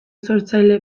sortzaile